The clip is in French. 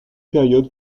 période